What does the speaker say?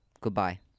Goodbye